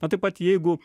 o taip pat jeigu